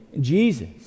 Jesus